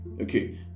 Okay